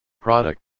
Product